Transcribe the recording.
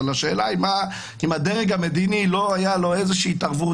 אבל השאלה היא אם לדרג המדיני לא הייתה איזושהי התערבות,